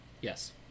Yes